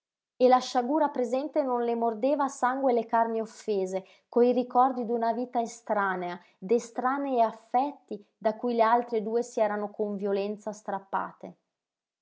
e la sciagura presente non le mordeva a sangue le carni offese coi ricordi d'una vita estranea d'estranei affetti da cui le altre due si erano con violenza strappate